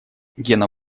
гена